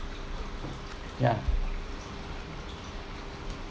ya